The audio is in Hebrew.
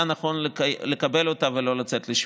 היה נכון לקבל אותה ולא לצאת לשביתה.